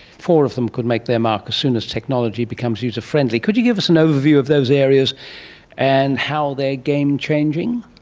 four of them could make their mark as soon as technology becomes user-friendly. could you give us an overview of those areas and how they are game-changing?